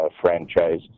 franchise